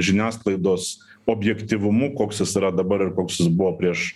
žiniasklaidos objektyvumu koks jis yra dabar ir koks jis buvo prieš